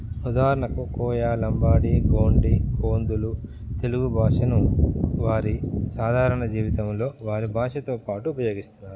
ఉదాహరణకు కోయా లంబాడి గోండి కొందులు తెలుగు భాషను వారి సాధారణ జీవితంలో వారి భాషతో పాటు ఉపయోగిస్తున్నారు